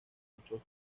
muchos